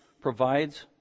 provides